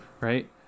right